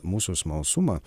mūsų smalsumą